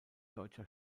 deutscher